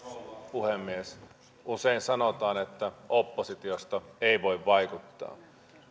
puhemies usein sanotaan että oppositiosta ei voi vaikuttaa